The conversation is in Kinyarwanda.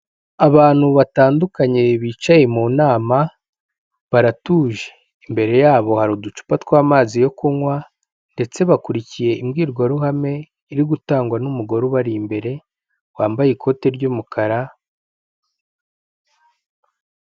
Abantu batandukanye bicaye mu nama baratuje, imbere yabo hari uducupa tw'amazi yo kunywa ndetse bakurikiye imbwirwaruhame iri gutangwa n'umugore ubari imbere wambaye ikote ry'umukara.